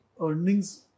earnings